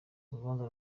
urubanza